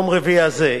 יום רביעי הזה,